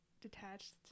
detached